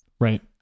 Right